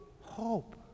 hope